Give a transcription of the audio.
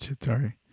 Sorry